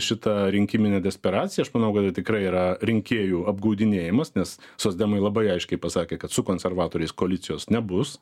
šitą rinkiminę desperaciją aš manau kad tai tikrai yra rinkėjų apgaudinėjimas nes socdemai labai aiškiai pasakė kad su konservatoriais koalicijos nebus